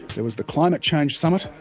there was the climate change summit,